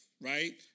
right